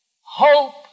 hope